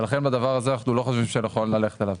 ולכן בדבר הזה אנחנו לא חושבים שנכון ללכת עליו.